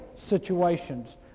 situations